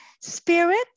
Spirit